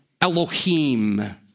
Elohim